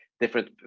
different